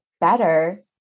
better